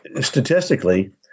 statistically